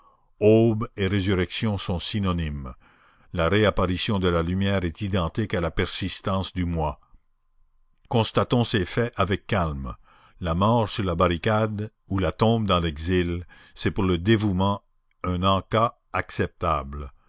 aube et résurrection sont synonymes la réapparition de la lumière est identique à la persistance du moi constatons ces faits avec calme la mort sur la barricade ou la tombe dans l'exil c'est pour le dévouement un en-cas acceptable